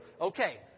okay